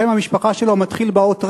שם המשפחה שלו מתחיל באות רי"ש,